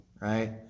right